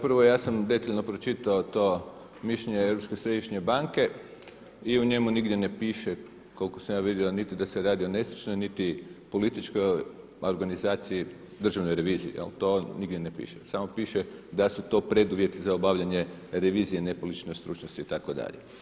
Prvo ja sam detaljno pročitao to mišljenje Europske središnje banke i u njemu nigdje ne piše koliko sam ja vidio niti da se radi o … ili političkoj organizaciji državne revizije, to nigdje ne piše samo piše da su to preduvjeti za obavljanje revizije nepolitičke stručnosti itd.